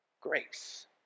grace